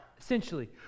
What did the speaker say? essentially